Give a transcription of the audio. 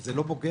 זה לא פוגע